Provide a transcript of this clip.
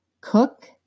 cook